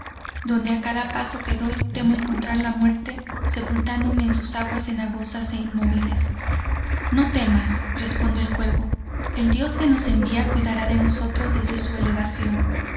donde a cada paso que doy temo encontrar la muerte sepultándome en sus aguas cenagosas e inmóviles no temas responde el cuervo el dios que nos envía cuidara de nosotros desde su elevación